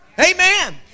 Amen